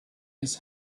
his